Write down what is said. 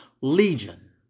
legion